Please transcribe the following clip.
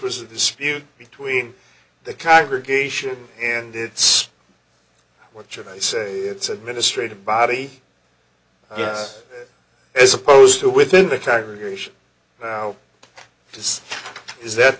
was a dispute between the congregation and it's what should i say it's administrative body as opposed to within the congregation just is that